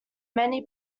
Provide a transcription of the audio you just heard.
many